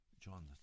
John